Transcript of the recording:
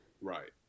Right